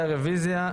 יום רביעי 29 בדצמבר,